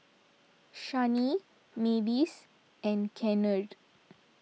Shani Mavis and Kennard